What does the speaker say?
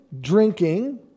drinking